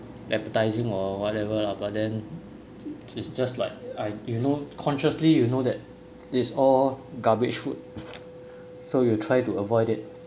appetising or whatever lah but then it's just like I you know consciously you know that it's all garbage food so you try to avoid it